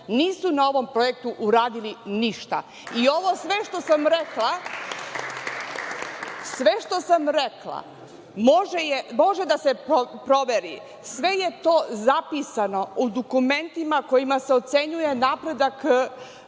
nisu na ovom projektu uradili ništa. Sve ovo što sam rekla može da se proveri. Sve je to zapisano u dokumentima kojima se ocenjuje napredak